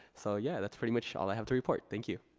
so, yeah, that's pretty much all i have to report. thank you.